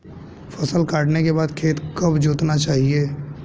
फसल काटने के बाद खेत कब जोतना चाहिये?